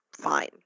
fine